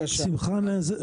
בשמחה איעזר בכם.